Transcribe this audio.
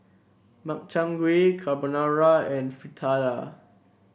Makchang Gui Carbonara and Fritada